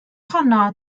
honno